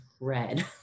red